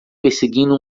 perseguindo